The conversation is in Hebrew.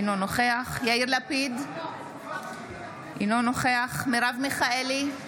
אינו נוכח יאיר לפיד, אינו נוכח מרב מיכאלי,